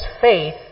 faith